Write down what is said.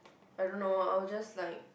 I don't know I'll just like